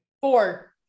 Four